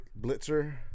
Blitzer